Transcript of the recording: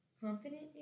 confident